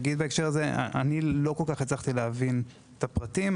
אני לא כל כך הצלחתי להבין את הפרטים.